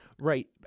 Right